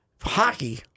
Hockey